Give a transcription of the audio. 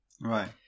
Right